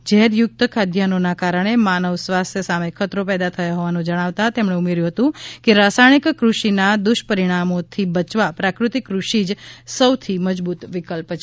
ઝેરયુક્ત ખાદ્યાન્નોના કારણે માનવ સ્વાસ્થ્ય સામે ખતરી પેદા થયો હોવાનું જણાવતા તેમણે ઉમેર્થું હતું કે રાસાથણિક કૃષિના દુષ્પરિણામો થી બચવા પ્રાકૃતિક કૃષિ જ સૌથી મજબૂત વિકલ્પ છે